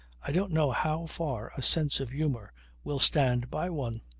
i don't know how far a sense of humour will stand by one.